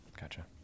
gotcha